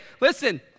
listen